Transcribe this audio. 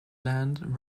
land